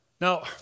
Now